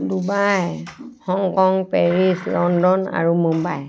Dubai Hong Kong Paris London আৰু মুম্বাই